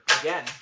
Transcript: again